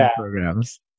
programs